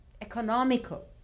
economical